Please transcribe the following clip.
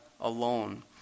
alone